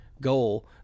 goal